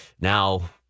Now